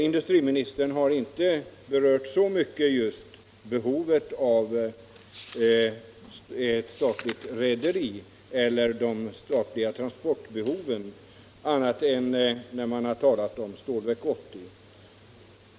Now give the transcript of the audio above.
Industriministern har inte särskilt mycket berört behovet av ett statligt rederi och de statliga transportbehoven annat än i samband med diskussionen om Stålverk 80.